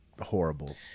horrible